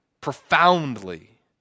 profoundly